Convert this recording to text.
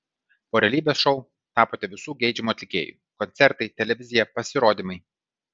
po realybės šou tapote visų geidžiamu atlikėju koncertai televizija pasirodymai